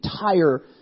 entire